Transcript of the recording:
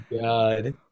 God